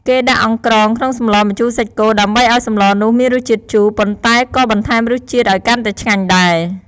គេដាក់អង្ក្រងក្នុងសម្លម្ជូរសាច់គោដើម្បីឱ្យសម្លនោះមានរសជាតិជូរ ប៉ុន្តែក៏បន្ថែមរសជាតិឱ្យកាន់តែឆ្ងាញ់ដែរ។